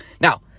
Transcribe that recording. Now